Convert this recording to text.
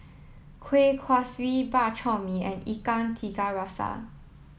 Kuih Kaswi Bak Chor Mee and Ikan Tiga Rasa